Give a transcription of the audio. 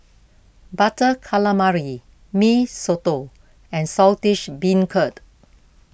Butter Calamari Mee Soto and Saltish Beancurd